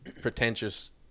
pretentious